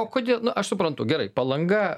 o kodėl aš suprantu gerai palanga